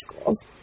schools